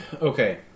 okay